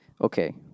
Okay